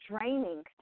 draining